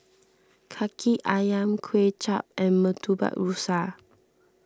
Kaki Ayam Kuay Chap and Murtabak Rusa